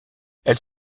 elle